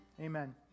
Amen